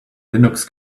linux